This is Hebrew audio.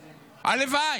הלוואי.